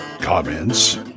comments